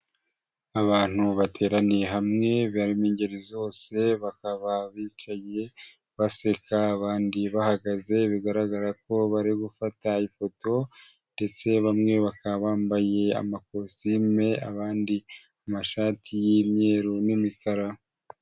Abantu bateraniye hamwe b'ingeri zose bakaba bicaye baseka abandi bahagaze, bigaragara ko bari gufata ifoto ndetse bamwe bakaba bambaye amakositime abandi amashati y'imyeru n'imikara.